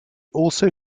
also